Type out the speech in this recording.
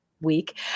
week